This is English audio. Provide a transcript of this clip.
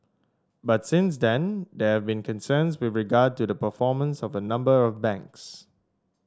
but since then there have been concerns with regard to the performance of a number of banks